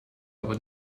aber